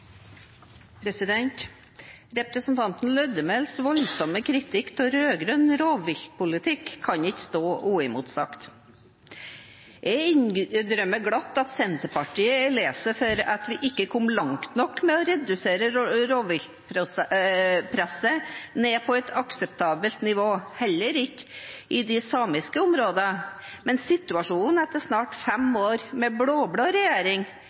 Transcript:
Representanten Lødemels voldsomme kritikk av rød-grønn rovviltpolitikk kan ikke stå uimotsagt. Jeg innrømmer glatt at Senterpartiet er lei seg for at vi ikke kom langt nok med å redusere rovviltpresset og kom ned på et akseptabelt nivå, heller ikke i de samiske områdene, men situasjonen etter snart fem år med blå-blå regjering